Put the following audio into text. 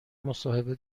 مصاحبه